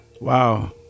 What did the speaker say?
Wow